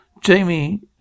Jamie